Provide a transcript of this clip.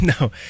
No